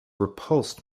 repulsed